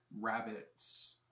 rabbit's